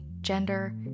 gender